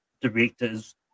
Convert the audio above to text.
directors